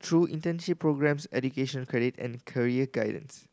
through internship programmes education credit and career guidance